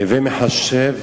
"הווי מחשב